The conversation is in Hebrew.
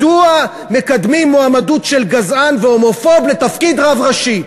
מדוע מקדמים מועמדות של גזען והומופוב לתפקיד רב ראשי?